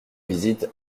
visites